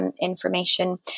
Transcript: information